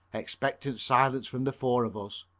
expectant silence from the four of us.